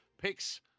Picks